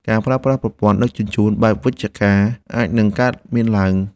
ការប្រើប្រាស់ប្រព័ន្ធដឹកជញ្ជូនបែបវិមជ្ឈការ អាចនឹងកើតមានឡើង។